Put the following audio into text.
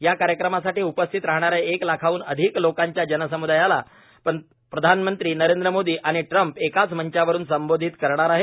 या कार्यक्रमासाठी उपस्थित राहणाऱ्या एक लाखांहन अधिक लोकांच्या जनसम्दायाला प्रधानमंत्री नरेंद्र मोदी आणि ट्रम्प एकाच मंचावरून संबोधित करणार आहेत